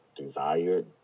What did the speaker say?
desired